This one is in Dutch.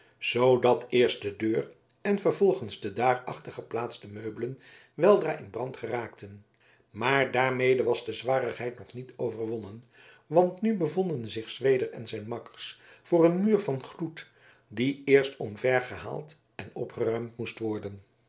zoodat eerst de deur en vervolgens de daarachter geplaatste meubelen weldra in brand geraakten maar daarmede was de zwarigheid nog niet overwonnen want nu bevonden zich zweder en zijn makkers voor een muur van gloed die eerst omvergehaald en opgeruimd moest worden